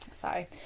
Sorry